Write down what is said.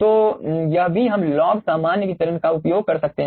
तो यह भी हम लॉग सामान्य वितरण का उपयोग कर सकते हैं